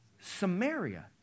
Samaria